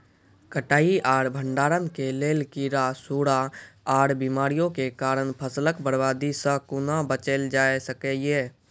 कटाई आर भंडारण के लेल कीड़ा, सूड़ा आर बीमारियों के कारण फसलक बर्बादी सॅ कूना बचेल जाय सकै ये?